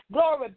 Glory